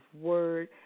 word